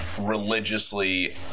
religiously